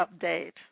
update